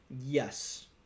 Yes